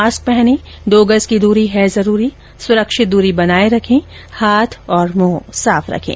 mask पहनें दो गज की दूरी है जरूरी सुरक्षित दूरी बनाए रखें हाथ और मुंह साफ रखें